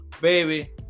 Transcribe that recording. Baby